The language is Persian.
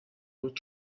بود